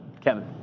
kevin